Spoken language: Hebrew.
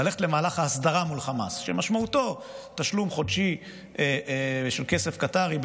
ללכת למהלך ההסדרה מול חמאס שמשמעותו תשלום חודשי של כסף קטרי,